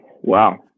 wow